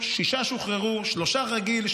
שישה שוחררו: שלושה רגיל,